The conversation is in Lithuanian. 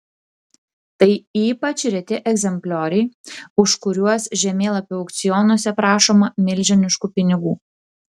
tai ypač reti egzemplioriai už kuriuos žemėlapių aukcionuose prašoma milžiniškų pinigų